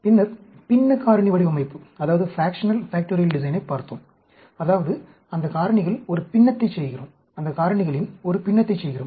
பின்னர் பின்ன காரணி வடிவமைப்பைப் பார்த்தோம் அதாவது அந்த காரணிகளின் ஒரு பின்னத்தைச் செய்கிறோம்